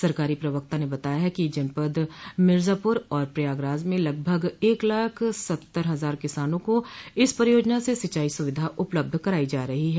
सरकारी प्रवक्ता ने बताया है कि जनपद मिर्जाप्र और प्रयागराज में लगभग एक लाख सत्तर हजार किसानों को इस परियोजना से सिंचाई सुविधा उपलब्ध कराई जा रही है